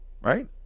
right